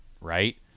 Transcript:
right